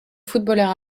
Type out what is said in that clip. footballeur